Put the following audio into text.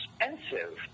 expensive